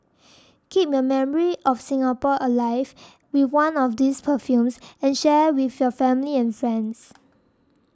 keep your memory of Singapore alive with one of these perfumes and share with your family and friends